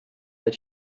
that